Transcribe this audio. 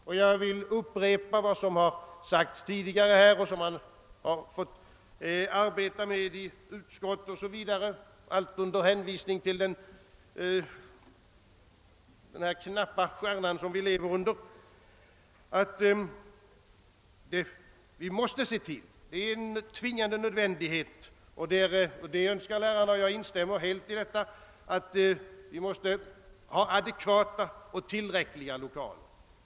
Också jag vill hänvisa till det under debatten tidigare nämnda förhållandet, som även diskuterats inom utskottet, att det med den knapphetens stjärna som vi lever under är en tvingande nödvändighet att ha adekvata och tillräckliga lokalutrymmen. Detta önskemål framförs från lärarhåll, och jag instämmer helt i det.